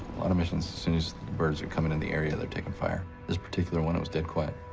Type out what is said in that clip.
a lot of missions, as soon as the birds are coming in the area, they are taking fire. this particular one, it was dead quiet,